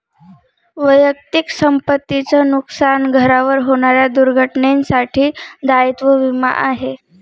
वैयक्तिक संपत्ती च नुकसान, घरावर होणाऱ्या दुर्घटनेंसाठी दायित्व विमा आहे